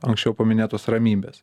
anksčiau paminėtos ramybės